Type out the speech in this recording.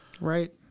Right